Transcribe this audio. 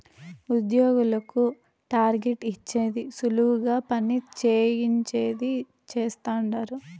ఉద్యోగులకు టార్గెట్ ఇచ్చేది సులువుగా పని చేయించేది చేస్తండారు